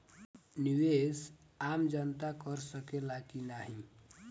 निवेस आम जनता कर सकेला की नाहीं?